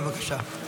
בבקשה.